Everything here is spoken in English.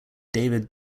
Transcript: david